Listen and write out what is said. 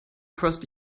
first